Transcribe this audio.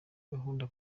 gahunda